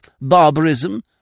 barbarism